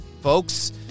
Folks